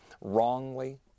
wrongly